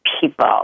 people